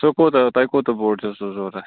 سُہ کوتاہ تۄہہِ کوتاہ بوٚڑ چھو سُہ ضروٗرت